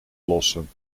lossen